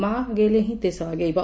ମା ଆଗେଇଲେ ହିଁ ଦେଶ ଆଗେଇବ